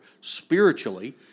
spiritually